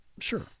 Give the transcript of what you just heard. Sure